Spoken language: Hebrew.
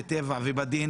בטבע ובדין